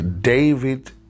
David